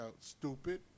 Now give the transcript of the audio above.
stupid